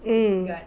mm